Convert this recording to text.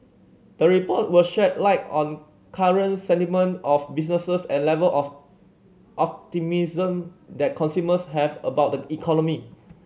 the report will shed light on current sentiment of businesses and level of of optimism that consumers have about the economy